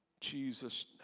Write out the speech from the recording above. Jesus